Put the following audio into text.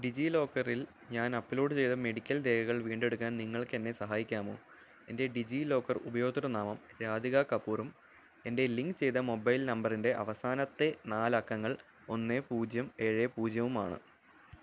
ഡിജി ലോക്കറിൽ ഞാൻ അപ്ലോഡ് ചെയ്ത മെഡിക്കൽ രേഖകൾ വീണ്ടെടുക്കാൻ നിങ്ങൾക്ക് എന്നെ സഹായിക്കാമോ എൻ്റെ ഡിജി ലോക്കർ ഉപയോക്തൃനാമം രാധിക കപൂറും എൻ്റെ ലിങ്ക് ചെയ്ത മൊബൈൽ നമ്പറിൻ്റെ അവസാനത്തെ നാല് അക്കങ്ങൾ ഒന്ന് പൂജ്യം ഏഴ് പൂജ്യവും ആണ്